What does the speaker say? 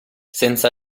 senza